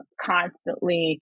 constantly